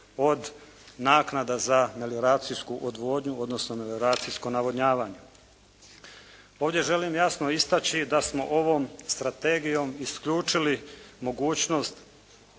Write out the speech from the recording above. od naknada za melioracijsku odvodnju, odnosno melioracijsko navodnjavanje. Ovdje želim jasno istaći da smo ovom strategijom isključili mogućnost